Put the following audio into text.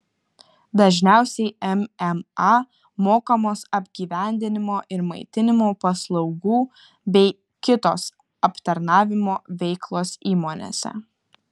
dažniausiai mma mokamos apgyvendinimo ir maitinimo paslaugų bei kitos aptarnavimo veiklos įmonėse